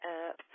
up